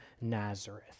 Nazareth